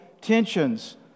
tensions